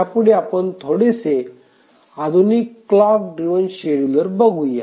ह्यापुढे आपण थोडेसे आधुनिक क्लॉक ड्रिव्हन शेड्युलर बघूया